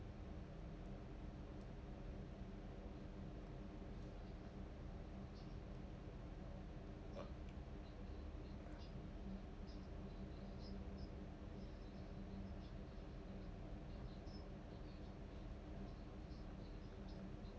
uh